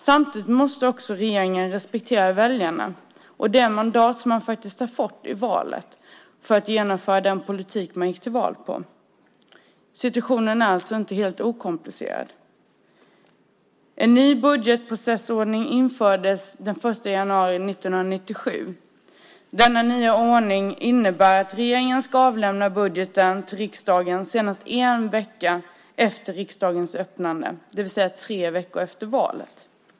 Samtidigt måste regeringen också respektera väljarna och det mandat som man faktiskt har fått i valet att genomföra den politik som man gick till val på. Situationen är alltså inte helt okomplicerad. En ny budgetprocessordning infördes den 1 januari 1997. Denna nya ordning innebär att regeringen ska avlämna budgeten till riksdagen senast en vecka efter riksdagens öppnande, det vill säga tre veckor efter valet.